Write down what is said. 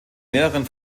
mehreren